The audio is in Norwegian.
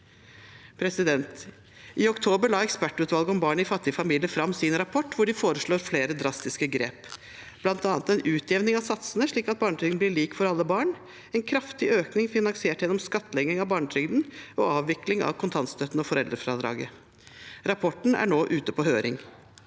budsjetter. I oktober la ekspertutvalget om barn i fattige familier fram sin rapport, hvor de foreslår flere drastiske grep, bl.a. en utjevning av satsene slik at barnetrygden blir lik for alle barn, og en kraftig økning finansiert gjennom skattlegging av barnetrygden og avvikling av kontantstøtten og foreldrefradraget. Rapporten er nå ute på høring.